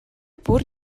бүр